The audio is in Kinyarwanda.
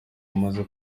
amaze